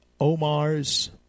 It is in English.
Omar's